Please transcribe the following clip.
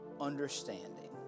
understanding